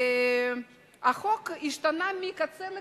החוק השתנה מקצה לקצה,